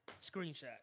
Screenshot